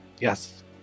Yes